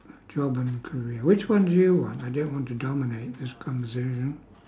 job and career which one do you want I don't want to dominate this conversation